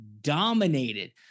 dominated